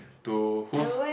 to whose